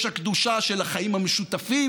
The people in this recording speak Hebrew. יש הקדושה של החיים המשותפים